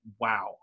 wow